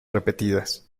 repetidas